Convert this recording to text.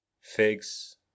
figs